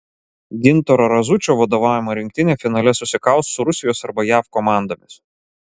gintaro razučio vadovaujama rinktinė finale susikaus su rusijos arba jav komandomis